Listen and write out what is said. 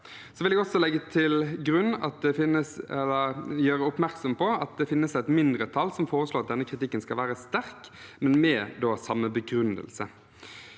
Jeg vil også gjøre oppmerksom på at det finnes et mindretall som foreslår at denne kritikken skal være sterk, men med samme begrunnelse.